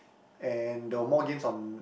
and there were more games on